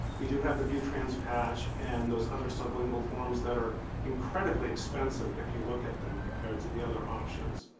we do have the butrans patch and those other sublingual forms that are incredibly expensive, if you look at them compared to the other options.